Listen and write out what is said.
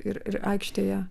ir ir aikštėje